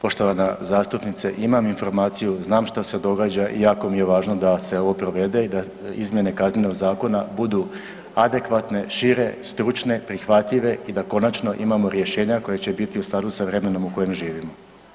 Poštovana zastupnice, imam informaciju, znam što se događa i jako mi je važno da se ovo provede i da izmjene Kaznenog zakona budu adekvatne, šire, stručne, prihvatljive i da konačno imamo rješenja koja će biti u skladu s vremenom u kojem živimo.